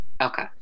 Okay